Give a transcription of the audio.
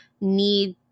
need